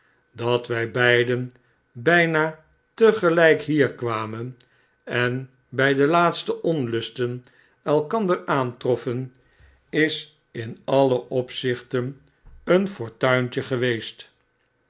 dat wij beiden bijna te gelijk hier kwamen en bij de laatste onlusten elkander aantrof fen is in alle opzichten een fortuintje geweest